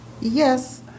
Yes